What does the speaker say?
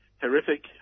horrific